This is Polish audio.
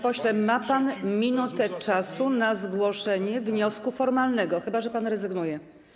Panie pośle, ma pan minutę czasu na zgłoszenie wniosku formalnego, chyba że pan rezygnuje.